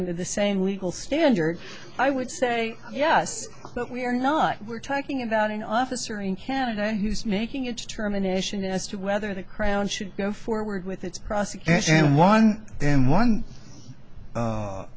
under the same legal standard i would say yes but we're not we're talking about an officer in canada and he's making a determination as to whether the crown should go forward with its prosecution one in one